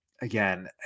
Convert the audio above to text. again